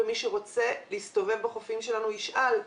מי שרוצה להסתובב בחופים שלנו ישאל,